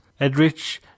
Edrich